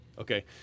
Okay